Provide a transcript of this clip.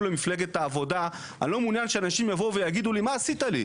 למפלגת העבודה אני לא מעוניין שאנשים יבואו ויגידו לי מה עשית לי?